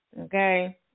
Okay